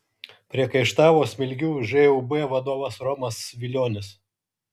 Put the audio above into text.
priekaištavo smilgių žūb vadovas romas vilionis